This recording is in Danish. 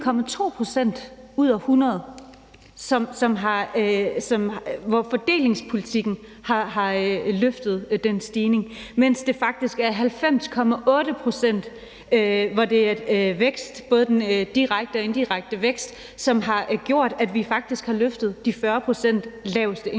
vedkommende, at fordelingspolitikken har løftet den stigning, mens det faktisk for 90,8 pct.s vedkommende er væksten, både den direkte og indirekte vækst, som har gjort, at vi faktisk har løftet de 40 pct. laveste indkomster